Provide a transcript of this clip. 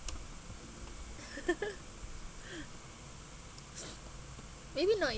maybe not